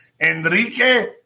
Enrique